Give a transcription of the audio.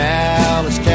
Dallas